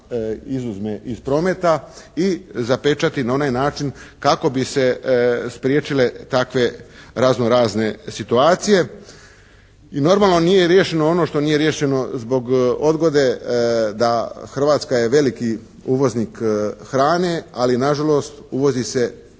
izuzme iz prometa i zapečati na onaj način kako bi se spriječile takve razno razne situacije. I normalno nije riješeno ono što nije riješeno zbog odgode da Hrvatska je veliki uvoznik hrane. Ali na žalost uvozi se